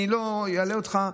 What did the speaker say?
אני לא אלאה אותך,